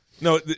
No